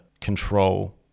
control